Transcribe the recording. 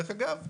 דרך אגב,